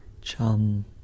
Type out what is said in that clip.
chum